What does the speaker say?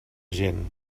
gent